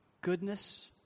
goodness